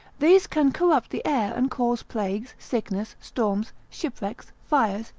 these can corrupt the air, and cause plagues, sickness, storms, shipwrecks, fires,